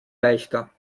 leichter